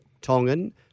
Tongan